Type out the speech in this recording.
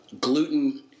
gluten